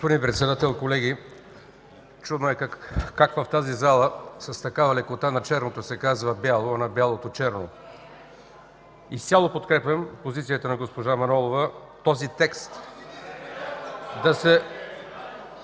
Господин Председател, колеги! Чухме как в залата с такава лекота на черното се казва бяло, на бялото – черно. Изцяло подкрепям позицията на госпожа Манолова този текст да се...